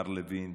מר לוין,